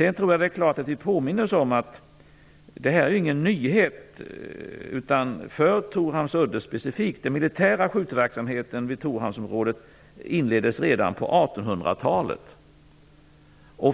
Vi måste påminna oss om att detta inte är någon nyhet för Torhamns udde specifikt. Den militära skytteverksamheten vid Torhamnsområdet inleddes redan på 1800-talet.